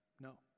No